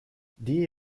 die